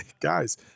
guys